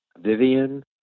Vivian